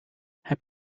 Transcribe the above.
heb